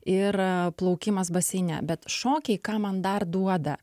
ir a plaukimas baseine bet šokiai ką man dar duoda